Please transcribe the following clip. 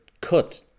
cut